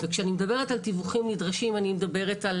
כשאני מדברת על תיווכים נדרשים אני מדברת על